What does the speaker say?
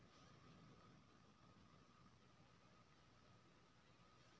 कुदरती बिपैत के सामना करइ लेल सरकारी अनुदान देल जाइ छइ